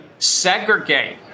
Segregate